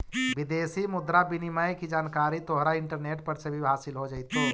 विदेशी मुद्रा विनिमय की जानकारी तोहरा इंटरनेट पर से भी हासील हो जाइतो